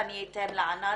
ואני אתן לענת,